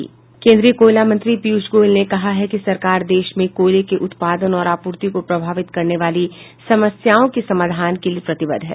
केंद्रीय कोयला मंत्री पीयूष गोयल ने कहा है कि सरकार देश में कोयले के उत्पादन और आपूर्ति को प्रभावित करने वाली समस्याओं के समाधान के लिए प्रतिबद्ध है